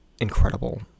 incredible